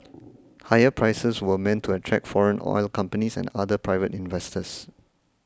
higher prices were meant to attract foreign oil companies and other private investors